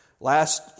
Last